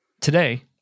today